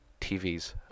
TVs